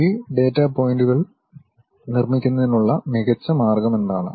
ഈ ഡാറ്റാ പോയിന്റുകൾ നിർമ്മിക്കുന്നതിനുള്ള മികച്ച മാർഗ്ഗമെന്താണ്